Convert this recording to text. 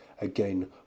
again